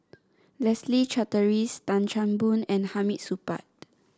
Leslie Charteris Tan Chan Boon and Hamid Supaat